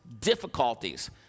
difficulties